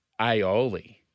aioli